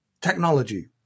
Technology